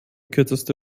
kürzeste